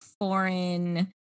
foreign